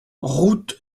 route